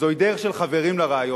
זוהי דרך של חברים לרעיון.